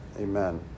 Amen